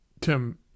tim